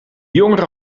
jongeren